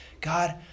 God